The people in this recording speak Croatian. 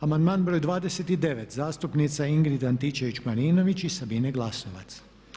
Amandman br. 29. zastupnica Ingrid Antičević-Marinović i Sabine Glasovac.